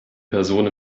person